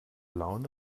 laune